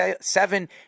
seven